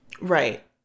right